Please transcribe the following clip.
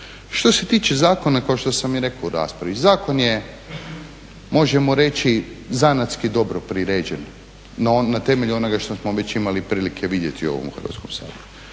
Što se tiče zakona kao što sam i rekao u raspravi, zakon je možemo reći zanatski dobro priređen na temelju onoga što smo već imali prilike vidjeti u ovom Hrvatskom saboru.